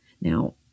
Now